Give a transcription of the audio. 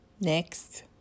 Next